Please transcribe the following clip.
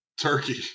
turkey